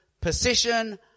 position